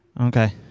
Okay